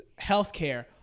Healthcare